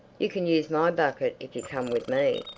you can use my bucket if you come with me,